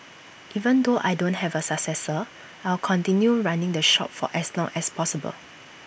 even though I don't have A successor I'll continue running the shop for as long as possible